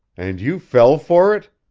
and you fell for it?